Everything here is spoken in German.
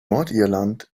nordirland